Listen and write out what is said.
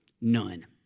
None